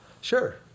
Sure